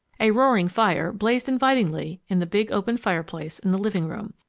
a roaring fire blazed invitingly in the big open fireplace in the living-room.